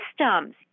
systems